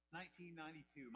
1992